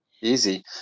Easy